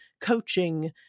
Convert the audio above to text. coaching